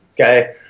Okay